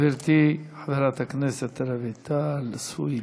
גברתי חברת הכנסת רויטל סויד.